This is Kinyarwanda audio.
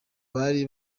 bari